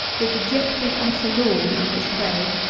the dejected and forlorn are his prey.